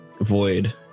Void